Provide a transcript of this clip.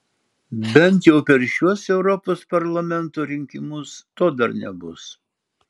bent jau per šiuos europos parlamento rinkimus to dar nebus